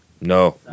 No